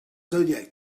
zodiac